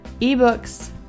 Ebooks